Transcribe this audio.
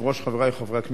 חברי חברי הכנסת,